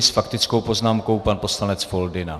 S faktickou poznámkou pan poslanec Foldyna.